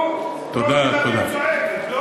נו, דרום תל-אביב צועקת, לא?